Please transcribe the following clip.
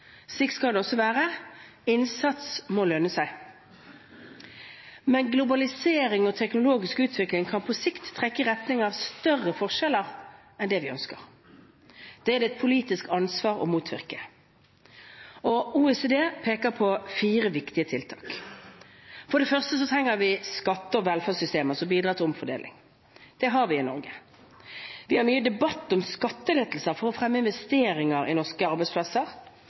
sikt trekke i retning av større forskjeller enn det vi ønsker. Det er det et politisk ansvar å motvirke. OECD peker på fire viktige tiltak: For det første trenger vi skatte- og velferdssystemer som bidrar til omfordeling. Det har vi i Norge. Vi har mye debatt om skattelettelser for å fremme investeringer i norske